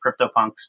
CryptoPunks